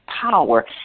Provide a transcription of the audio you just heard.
power